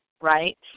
right